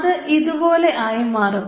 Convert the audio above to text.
അത് ഇതുപോലെ ആയി മാറും